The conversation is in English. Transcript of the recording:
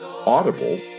Audible